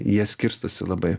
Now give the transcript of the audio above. jie skirstosi labai